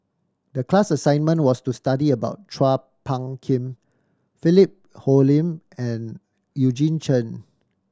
the class assignment was to study about Chua Phung Kim Philip Hoalim and Eugene Chen